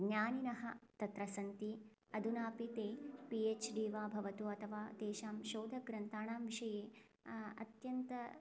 ज्ञानिनः तत्र सन्ति अधुनापि ते पी एच् डी वा भवतु अथवा तेषां शोधग्रन्थाणां विषये अत्यन्तम्